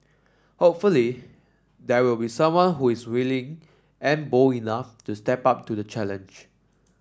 hopefully there will be someone who is willing and bold enough to step up to the challenge